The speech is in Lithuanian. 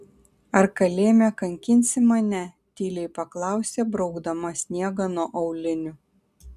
ar kalėjime kankinsi mane tyliai paklausė braukdama sniegą nuo aulinių